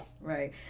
Right